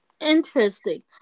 interesting